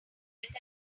within